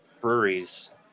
breweries